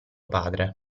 padre